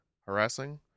harassing